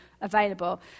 available